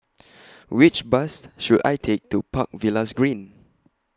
Which Bus should I Take to Park Villas Green